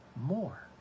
more